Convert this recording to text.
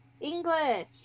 English